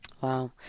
Wow